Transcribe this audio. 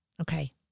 Okay